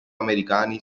americani